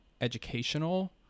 educational